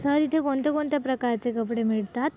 sir इथे कोणत्या कोणत्या प्रकारचे कपडे मिळतात